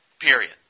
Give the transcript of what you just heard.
Period